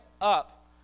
up